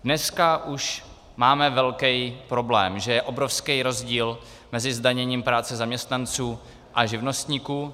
Dneska už máme velký problém, že je obrovský rozdíl mezi zdaněním práce zaměstnanců a živnostníků.